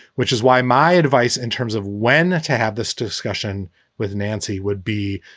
which is why my advice in terms of when to have this discussion with nancy would be,